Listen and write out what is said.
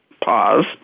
pause